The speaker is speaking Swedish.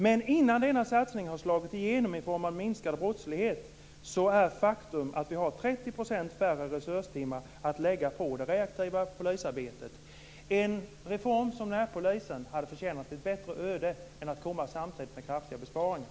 "Men innan denna satsning har slagit igenom i form av minskad brottslighet så är faktum att vi har 30 % färre resurstimmar att lägga på det reaktiva polisarbetet." En reform som närpolisreformen hade förtjänat ett bättre öde än att komma samtidigt med kraftiga besparingar.